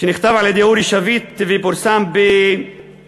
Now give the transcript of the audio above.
שנכתב על-ידי ארי שביט ופורסם ב"הארץ",